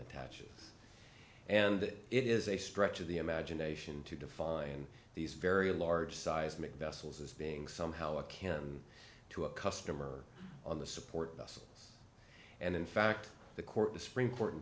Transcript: attaches and it is a stretch of the imagination to define these very large seismic vessels as being somehow a can to a customer on the support us and in fact the court the supr